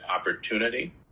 opportunity